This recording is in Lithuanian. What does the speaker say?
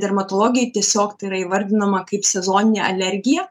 dermatologijoj tiesiog tai yra įvardinama kaip sezoninė alergija